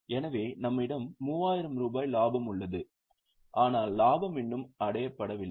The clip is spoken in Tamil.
எனவே நம்மிடம் 3000 ரூபாய் லாபம் உள்ளது ஆனால் லாபம் இன்னும் அடையப்படவில்லை